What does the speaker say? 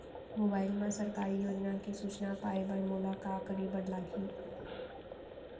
mobile मा सरकारी योजना के सूचना पाए बर मोला का करे बर लागही